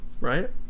right